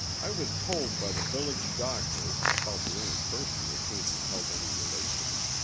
i was told by the village doctor, about the only person with whom he held any relations,